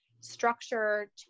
structure